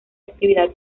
actividad